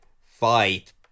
fight